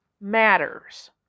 matters